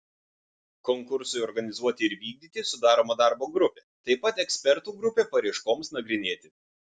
konkursui organizuoti ir vykdyti sudaroma darbo grupė taip pat ekspertų grupė paraiškoms nagrinėti